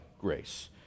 grace